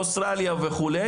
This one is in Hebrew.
באוסטרליה וכו'.